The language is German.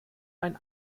ein